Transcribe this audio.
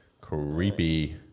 creepy